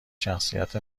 شخصیت